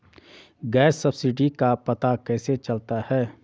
Gas subsidy का पता कैसे चलता है?